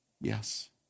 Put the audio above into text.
Yes